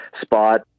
spot